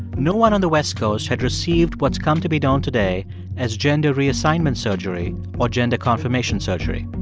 no one on the west coast had received what's come to be known today as gender reassignment surgery or gender confirmation surgery.